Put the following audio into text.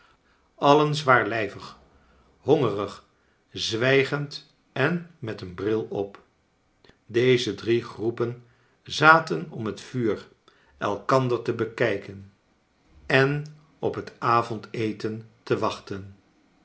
alien zwaarlijvig hongerig zwijgend en met een bril op deze drie groepen zaten om het vuur elkander te bekijken en op het avondeten te wachten